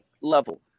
level